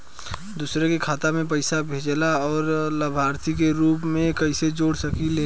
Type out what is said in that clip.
दूसरे के खाता में पइसा भेजेला और लभार्थी के रूप में कइसे जोड़ सकिले?